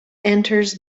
enters